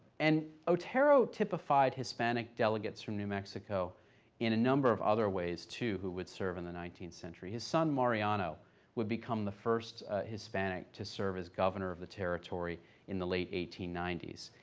and otero typified hispanic delegates from new mexico in a number of other ways, too, who would serve in the nineteenth century. his son mariano would become the first hispanic to serve as governor of the territory in the late eighteen ninety s,